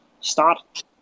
start